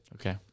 Okay